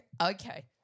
Okay